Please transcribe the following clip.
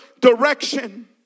direction